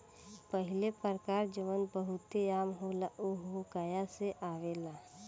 पहिला प्रकार जवन बहुते आम होला उ हुआकाया से आवेला